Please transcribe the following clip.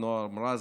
של נעם רז,